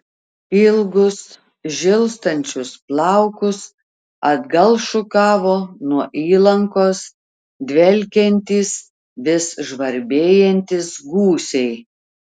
ilgus žilstančius plaukus atgal šukavo nuo įlankos dvelkiantys vis žvarbėjantys gūsiai